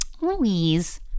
Louise